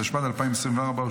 התשפ"ד 2024,